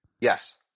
Yes